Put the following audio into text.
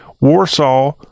Warsaw